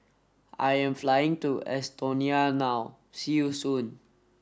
I am flying to Estonia now see you soon